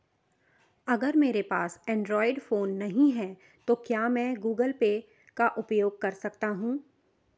अगर मेरे पास एंड्रॉइड फोन नहीं है तो क्या मैं गूगल पे का उपयोग कर सकता हूं?